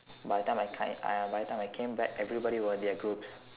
by the time I ca~ by the time I came back everybody were in their groups